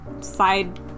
side